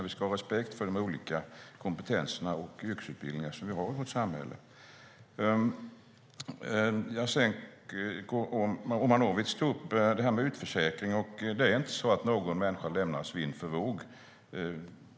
Vi ska ha respekt för de olika kompetenser och yrkesutbildningar som vi har i vårt samhälle. Jasenko Omanovic tog upp frågan om utförsäkring. Det är inte så att någon människa lämnas vind för våg.